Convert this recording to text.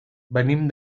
venim